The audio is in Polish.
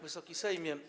Wysoki Sejmie!